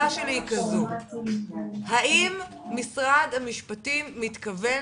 האם משרד המשפטים מתכוון